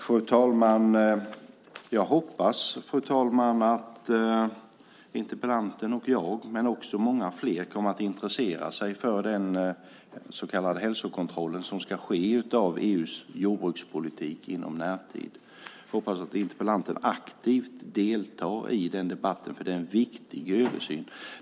Fru talman! Jag hoppas att interpellanten - jag och många fler kommer att intressera oss för den så kallade hälsokontroll av EU:s jordbrukspolitik som ska ske i närtid - aktivt deltar i den debatten, för det är en viktig översyn.